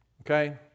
Okay